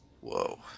Whoa